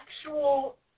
actual